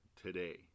Today